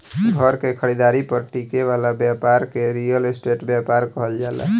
घर के खरीदारी पर टिके वाला ब्यपार के रियल स्टेट ब्यपार कहल जाला